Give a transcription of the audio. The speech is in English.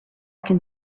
can